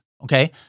Okay